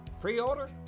Pre-order